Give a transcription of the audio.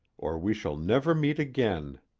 or we shall never meet again.